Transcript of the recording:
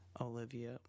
Olivia